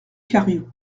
cariou